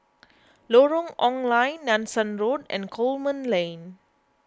Lorong Ong Lye Nanson Road and Coleman Lane